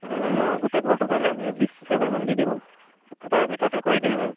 মোৰ গোটেই ঘৰটোৰ কাৰণে আপুনি বিশ হেজাৰমান দি দিব তাৰ ভিতৰতে কৰি দিম আৰু